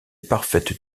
parfaite